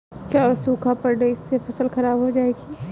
क्या सूखा पड़ने से फसल खराब हो जाएगी?